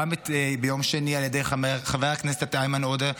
גם ביום שני על ידי חבר הכנסת איימן עודה,